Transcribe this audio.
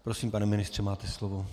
Prosím, pane ministře, máte slovo.